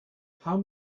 how